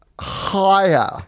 Higher